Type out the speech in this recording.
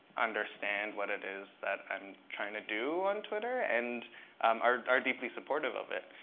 understand what it is that i'm trying to do on twitter and are are deeply supportive of it.